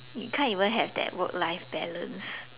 you can't even have that work life balance